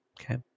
Okay